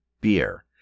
beer